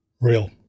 Real